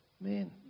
man